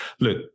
look